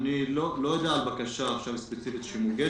לא יודע על בקשה ספציפית שמוגשת.